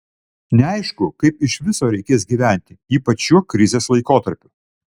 neaišku kaip iš viso reikės gyventi ypač šiuo krizės laikotarpiu